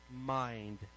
mind